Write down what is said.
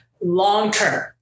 long-term